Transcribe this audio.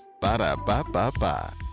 Ba-da-ba-ba-ba